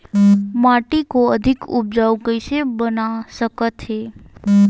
माटी को अधिक उपजाऊ कइसे बना सकत हे?